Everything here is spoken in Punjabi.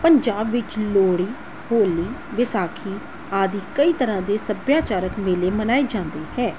ਪੰਜਾਬ ਵਿੱਚ ਲੋਹੜੀ ਹੋਲੀ ਵਿਸਾਖੀ ਆਦਿ ਕਈ ਤਰ੍ਹਾਂ ਦੇ ਸੱਭਿਆਚਾਰਕ ਮੇਲੇ ਮਨਾਏ ਜਾਂਦੇ ਹੈ